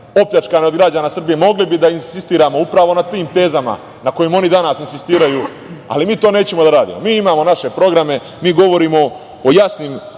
opljačkane od građana Srbije. Mogli bi da insistiramo upravo na tim tezama na kojima oni danas insistiraju, ali mi to nećemo da radimo. Mi imamo naše programe. Mi govorimo o jasnim